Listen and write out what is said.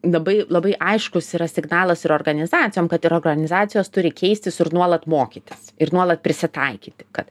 labai labai aiškus yra signalas ir organizacijom kad ir organizacijos turi keistis ir nuolat mokytis ir nuolat prisitaikyti kad